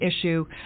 issue